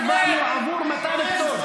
הצבענו עבור מתן פטור.